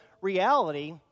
reality